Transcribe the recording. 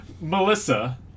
Melissa